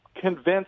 convinced